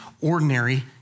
ordinary